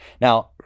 Now